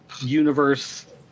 universe